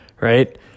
right